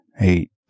eight